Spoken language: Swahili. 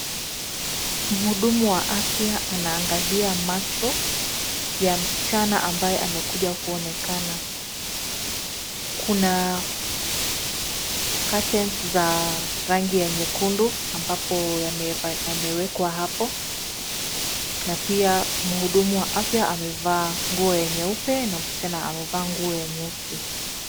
Muhudumu wa afya anaangalia macho ya msichana ambaye amekuja kuonekana. Kuna curtains za rangi ya nyekundu ambapo yamewekwa hapo na pia muhudumu wa afya amevaa nguo ya nyeupe na msichana amevaa nguo ya nyeusi.